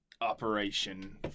operation